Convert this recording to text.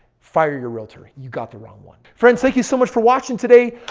fire your realtor. you got the wrong one. friends, thank you so much for watching today.